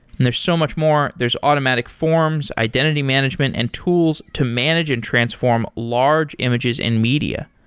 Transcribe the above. and there's so much more. there's automatic forms, identity management and tools to manage and transform large images and media.